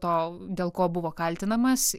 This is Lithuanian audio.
to dėl ko buvo kaltinamas